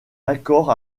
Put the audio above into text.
accord